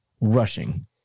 rushing